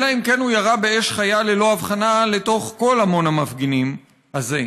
אלא אם כן הוא ירה באש חיה ללא הבחנה לתוך כל המון המפגינים הזה.